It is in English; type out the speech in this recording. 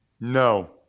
No